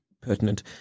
pertinent